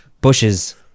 bushes